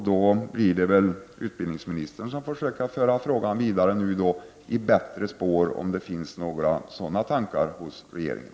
Det blir utbildningsministern som får försöka föra frågan vidare i bättre spår, om det nu finns några sådana tankar hos regeringen.